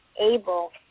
able